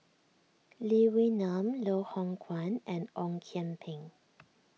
Lee Wee Nam Loh Hoong Kwan and Ong Kian Peng